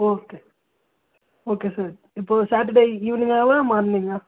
okay sir okay sir இப்போ Saturday ஈவினிங்காவாக மார்னிங்காக